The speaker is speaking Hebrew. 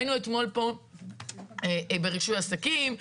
היינו אתמול פה ברישוי עסקים.